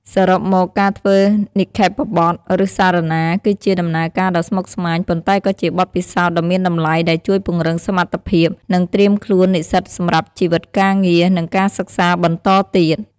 សរុបមក ការធ្វើនិក្ខេបបទ ឬសារណា គឺជាដំណើរការដ៏ស្មុគស្មាញ ប៉ុន្តែក៏ជាបទពិសោធន៍ដ៏មានតម្លៃដែលជួយពង្រឹងសមត្ថភាព និងត្រៀមខ្លួននិស្សិតសម្រាប់ជីវិតការងារ និងការសិក្សាបន្តទៀត។